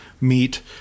meet